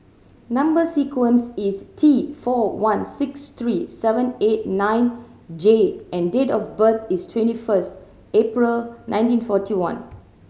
number sequence is T four one six three seven eight nine J and date of birth is twenty first April nineteen forty one